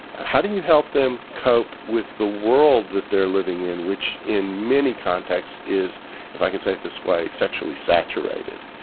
how do you help them cope with the world that they're living in, which in many contexts is if i can say it this way sexually saturated?